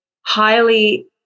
highly